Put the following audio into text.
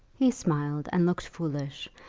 he smiled and looked foolish,